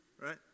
right